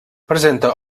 presenta